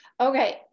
Okay